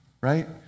right